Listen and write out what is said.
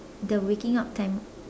the waking up time